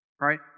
Right